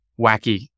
wacky